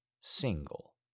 single